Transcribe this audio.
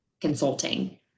consulting